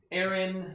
Aaron